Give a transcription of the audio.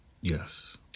Yes